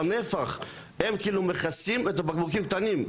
בנפח הם כאילו מכסים את הבקבוקים הקטנים.